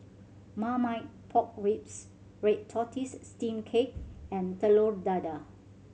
Marmite Pork Ribs red tortoise steamed cake and Telur Dadah